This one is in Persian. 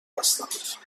هستند